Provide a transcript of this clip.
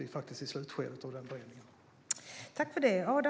Vi är i slutskedet av beredningen av det.